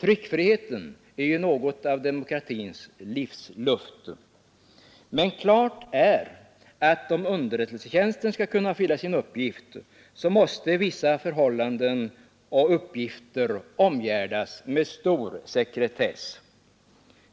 Tryckfriheten är något av demokratins livsluft. Men klart är att om underrättelsetjänsten skall kunna fylla sin uppgift, måste vissa förhållanden och uppgifter omgärdas med stor sekretess.